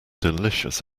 delicious